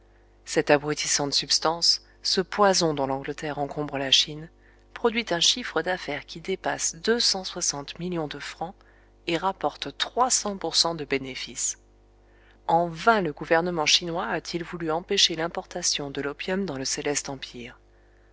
cette abrutissante substance ce poison dont l'angleterre encombre la chine produit un chiffre d'affaires qui dépasse deux cent soixante millions de francs et rapporte trois cents pour cent de bénéfice en vain le gouvernement chinois a-t-il voulu empêcher l'importation de l'opium dans le céleste empire